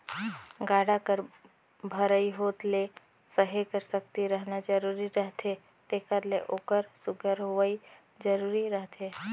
गाड़ा कर भरई होत ले सहे कर सकती रहना जरूरी रहथे तेकर ले ओकर सुग्घर होवई जरूरी रहथे